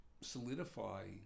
solidify